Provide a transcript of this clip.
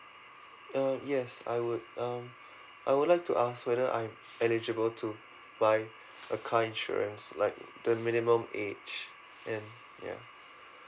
uh yes I would um I would like to ask whether I'm eligible to buy a car insurance like the minimum age and ya